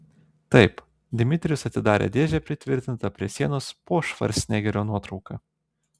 taip dmitrijus atidarė dėžę pritvirtintą prie sienos po švarcnegerio nuotrauka